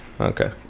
Okay